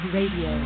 Radio